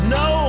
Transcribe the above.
no